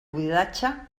buidatge